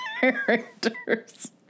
characters